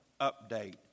update